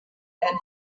and